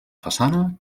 façana